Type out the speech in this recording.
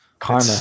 Karma